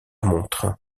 montre